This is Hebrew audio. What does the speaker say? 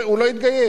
בברוקלין.